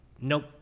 nope